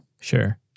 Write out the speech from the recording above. Sure